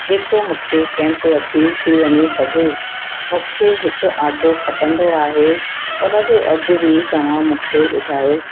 जेको मूंखे कैंप वठी थी वञी सघे मूंखे हिकु ऑटो खपंदो आहे उनजो अघ बि तव्हां मूंखे ॿुधायो